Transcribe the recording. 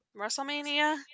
WrestleMania